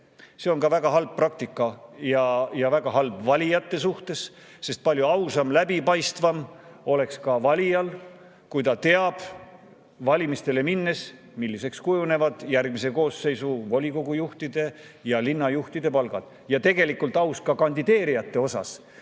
See on ka väga halb praktika. See on halb valijate suhtes, sest palju ausam ja läbipaistvam oleks, kui valija teab valimistele minnes, milliseks kujunevad järgmise koosseisu volikogu juhtide ja linnajuhtide palgad. Ja tegelikult oleks see aus ka kandideerijate